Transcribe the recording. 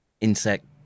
insect